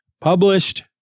published